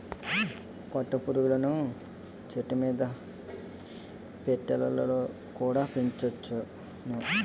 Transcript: పట్టు పురుగులను చెట్టుమీద పెట్టెలలోన కుడా పెంచొచ్చును